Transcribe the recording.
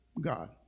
God